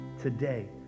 today